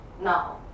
now